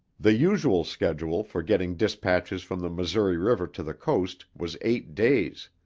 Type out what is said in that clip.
the usual schedule for getting dispatches from the missouri river to the coast was eight days,